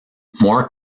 more